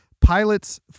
Pilots